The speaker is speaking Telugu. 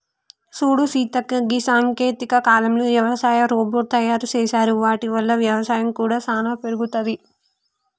సూడు సీతక్క గీ సాంకేతిక కాలంలో యవసాయ రోబోట్ తయారు సేసారు వాటి వల్ల వ్యవసాయం కూడా సానా పెరుగుతది